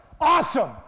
awesome